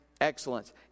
excellence